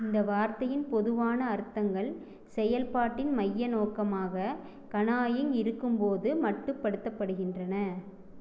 இந்த வார்த்தையின் பொதுவான அர்த்தங்கள் செயல்பாட்டின் மைய நோக்கமாக கனாயிங் இருக்கும்போது மட்டுப்படுத்தப்படுகின்றன